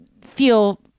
feel